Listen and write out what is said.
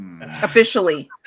Officially